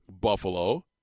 Buffalo